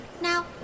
Now